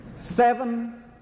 Seven